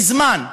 מזמן,